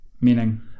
Meaning